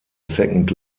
second